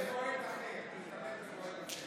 משתתף בהצבעה